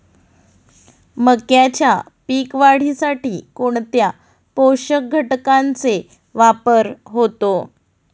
मक्याच्या पीक वाढीसाठी कोणत्या पोषक घटकांचे वापर होतो?